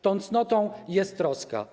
Tą cnotą jest troska.